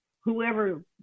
whoever